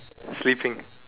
sleeping